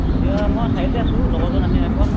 এতিয়া মই চাৰিআলিতে আছোঁ লগৰজন আহি নাই পোৱা